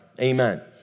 amen